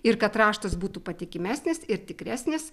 ir kad raštas būtų patikimesnis ir tikresnis